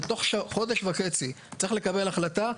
שתוך חודש וחצי צריך לקבל החלטה,